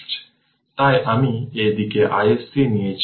তাই আমি এই দিকে iSC নিয়েছি